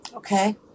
Okay